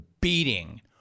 beating